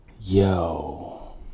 yo